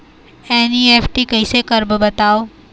NEFT कैसे करबो बताव?